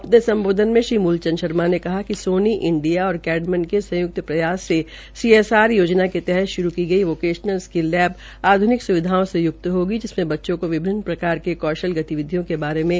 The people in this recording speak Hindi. अपने सम्बोधन में श्री मूलचंद शर्मा ने कहा कि सोनी इंडिया और केडमन के संयुक्त प्रयास से सी एस आर योजना के तहत शुरू की गई वोकेशनल स्क्ल लैब आध्निक स्विधाओं से युक्त होगी जिसमें बच्चों को विभिन्न प्रकार के कौशल गतिविधियों के बारे में सिखाया जायेगा